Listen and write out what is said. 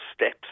steps